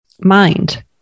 mind